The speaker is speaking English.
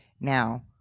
Now